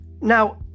Now